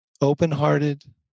open-hearted